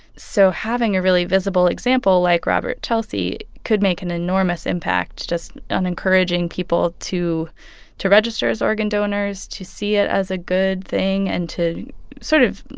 so having a really visible example like robert chelsea could make an enormous impact just on encouraging people to to register as organ donors, to see it as a good thing and to sort of,